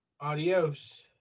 Adios